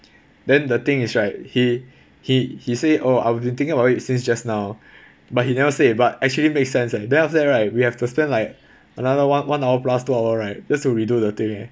then the thing is right he he he say oh I been thinking about it since just now but he never say but actually makes sense and then after that right we have to spend like another one one hour plus two hour right just to redo the thing eh